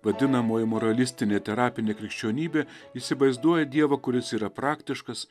vadinamoji moralistinė terapinė krikščionybė įsivaizduoja dievą kuris yra praktiškas